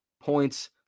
points